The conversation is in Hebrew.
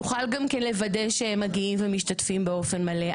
נוכל גם לוודא שהם מגיעים ומשתתפים באופן מלא.